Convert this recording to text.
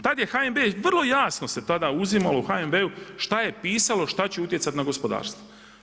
Tada je HNB vrlo jasno se tada uzimalo u HNB-u šta je pisalo šta će utjecati na gospodarstvo.